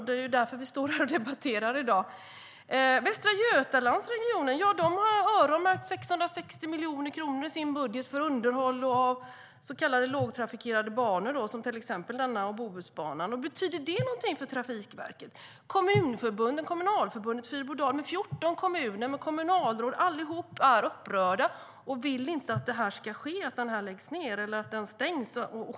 Det är därför som vi debatterar här i dag. Västra Götalandsregionen har öronmärkt 660 miljoner kronor i sin budget för underhåll av så kallade lågtrafikerade banor som till exempel den här och Bohusbanan. Betyder det någonting för Trafikverket? Kommunalförbundet Fyrbodal, med 14 kommuner och kommunalråd, och människor i bygden är allihop upprörda och vill inte att den stängs.